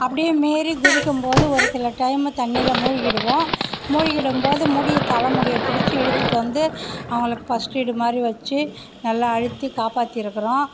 அப்படியே மீறி குதிக்கும்போது ஒரு சில டைமு தண்ணியில் மூழ்கிவிடுவோம் மூழ்கிவிடும்போது முடியை தலை முடியை பிடுச்சு இழுத்துட்டு வந்து அவங்களுக்க்கு பஸ்ட் எய்டு மாதிரி வச்சு நல்லா அழுத்தி காப்பாற்றி இருக்கிறோம்